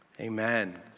Amen